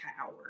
power